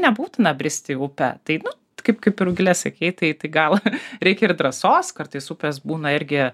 nebūtina bristi į upę tai nu kaip kaip ir rugilė sakei tai tai gal reikia ir drąsos kartais upės būna irgi